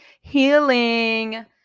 healing